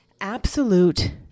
absolute